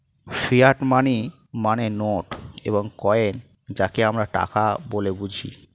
fiat money মানে note এবং coin যাকে আমরা টাকা বলে বুঝি